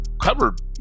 covered